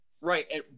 Right